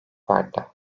farklı